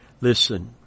Listen